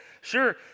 Sure